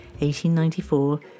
1894